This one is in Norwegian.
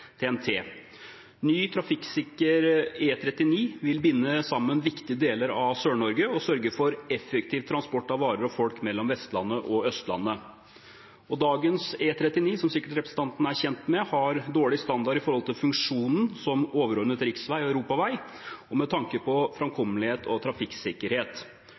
Ny trafikksikker E39 vil binde sammen viktige deler av Sør-Norge og sørge for effektiv transport av varer og folk mellom Vestlandet og Østlandet. Dagens E39 har, som representanten sikkert er kjent med, dårlig standard i forhold til funksjonen som overordnet riksvei og europavei, og med tanke på framkommelighet og trafikksikkerhet.